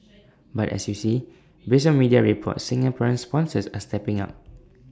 but as you see based on media reports Singaporean sponsors are stepping up